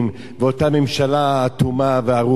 ואותה ממשלה אטומה וארורה.